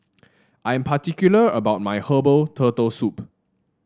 I am particular about my Herbal Turtle Soup